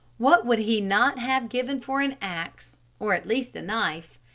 what would he not have given for an axe, or at least a knife.